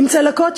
עם צלקות,